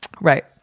Right